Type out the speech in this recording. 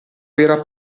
vera